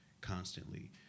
constantly